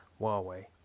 Huawei